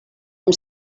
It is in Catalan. amb